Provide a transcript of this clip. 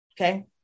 Okay